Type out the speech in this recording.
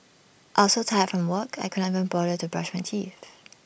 I was so tired from work I could not even bother to brush my teeth